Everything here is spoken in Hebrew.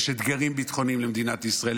יש אתגרים ביטחוניים למדינת ישראל,